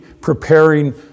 preparing